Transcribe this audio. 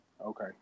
Okay